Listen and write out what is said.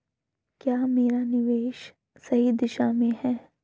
क्या मेरा निवेश सही दिशा में है?